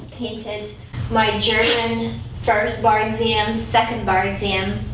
painted my german first bar exams second bar exam